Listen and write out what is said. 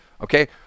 Okay